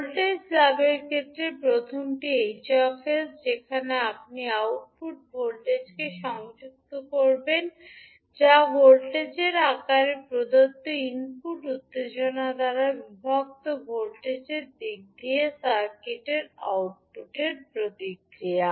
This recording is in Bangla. ভোল্টেজ লাভের ক্ষেত্রে প্রথমটি 𝐻 𝑠 যেখানে আপনি আউটপুট ভোল্টেজকে সংযুক্ত করেন যা ভোল্টেজের আকারে প্রদত্ত ইনপুট উত্তেজনা দ্বারা বিভক্ত ভোল্টেজের দিক দিয়ে সার্কিটের আউটপুট প্রতিক্রিয়া